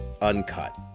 uncut